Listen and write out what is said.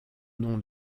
nom